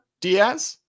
Diaz